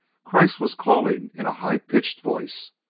kreiss was calling in a high-pitched voice.